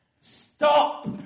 stop